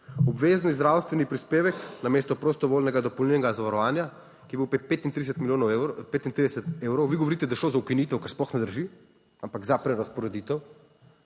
obvezni zdravstveni prispevek namesto prostovoljnega dopolnilnega zavarovanja, ki bo 35 milijonov evrov, 35 evrov, vi govorite, da je šlo za ukinitev, kar sploh ne drži, ampak za prerazporeditev,